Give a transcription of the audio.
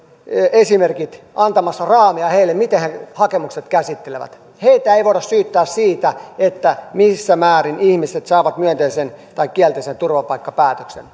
esimerkit antamassa raamia heille miten he hakemukset käsittelevät heitä ei voida syyttää siitä missä määrin ihmiset saavat myönteisen tai kielteisen turvapaikkapäätöksen